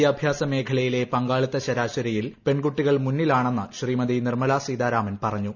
വിദ്യാഭ്യാസ മേഖലയിലെ പങ്കാളിത്ത ശരാശരിയിൽ പെൺകുട്ടികൾ മുന്നിലാണെന്ന് ശ്രീമതി നിർമലാ സീതാരാമൻ പറഞ്ഞു